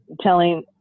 Telling